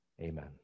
Amen